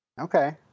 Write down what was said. Okay